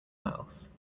house